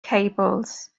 cables